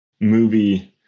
movie